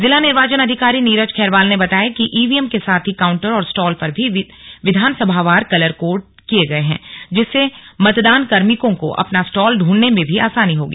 जिला निर्वाचन अधिकारी नीरज खैरवाल ने बताया कि इ वी एम के साथ ही काउंटर और स्टॉल पर भी विधानसभावार कलर कोड किये गए हैं जिससे मतदान कार्मिको को अपना स्टॉल ढूंढने में भी आसानी होगी